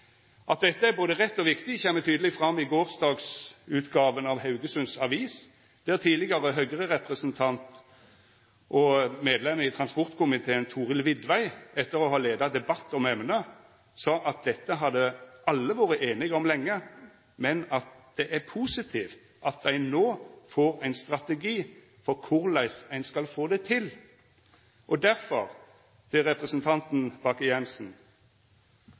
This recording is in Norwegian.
At dette er både rett og viktig, kom tydeleg fram i gårsdagens utgåve av Haugesunds Avis, der tidlegare Høgre-representant og medlem i transportkomiteen Thorhild Widvey etter å ha leia ein debatt om emnet sa at dette hadde alle vore einige om lenge, men at det er positivt at ein no får ein strategi for korleis ein skal få det til. Derfor – til representanten